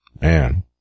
man